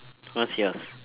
what's yours